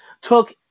took